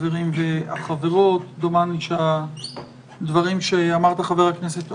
דומני שהדברים שאמרת, חבר הכנסת אורבך,